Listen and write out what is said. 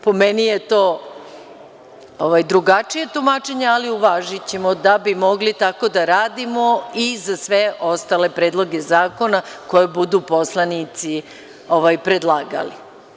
Po meni je to drugačije tumačenje, ali uvažićemo da bi mogli tako da radimo i za sve ostale predloge zakona koje budu poslanici predlagali.